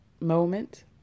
moment